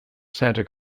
santa